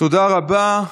תודה רבה.